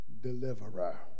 deliverer